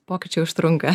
pokyčiai užtrunka